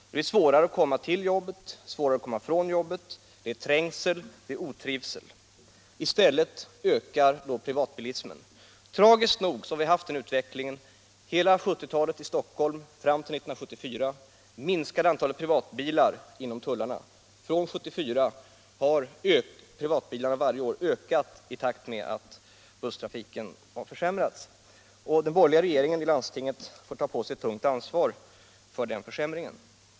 Det blir svårare att komma till arbetet, svårare att komma ifrån arbetet, det betyder trängsel och otrivsel. I stället ökar då privatbilismen — tragiskt nog har vi haft en utveckling där från 1970 fram till 1974 antalet privatbilar minskade inom tullarna, men från 1974 har antalet privatbilar varje år ökat i takt med försämringen av kollektivtrafiken. De borgerliga i landstinget får ta på sig ett tungt ansvar för den försämringen.